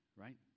right